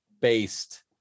based